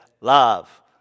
love